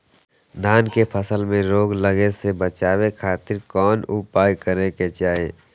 धान के फसल में रोग लगे से बचावे खातिर कौन उपाय करे के चाही?